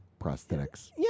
prosthetics